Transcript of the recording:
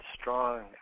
strong